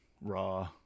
Raw